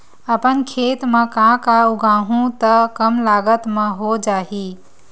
अपन खेत म का का उगांहु त कम लागत म हो जाही?